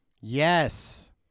yes